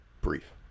brief